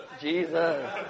Jesus